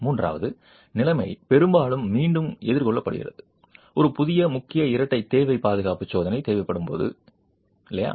மூன்றாவது நிலைமை பெரும்பாலும் மீண்டும் எதிர்கொள்ளப்படுகிறது ஒரு புதிய முக்கிய இரட்டை தேவைக்கு பாதுகாப்பு சோதனை தேவைப்படும்போது இல்லையா